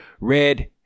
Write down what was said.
Red